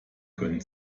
können